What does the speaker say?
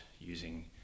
using